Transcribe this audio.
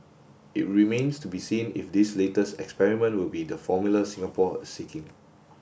it remains to be seen if this latest experiment will be the formula Singapore is sitting